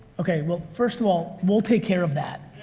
okay, well, first of all, we'll take care of that.